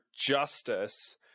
justice